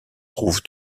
trouve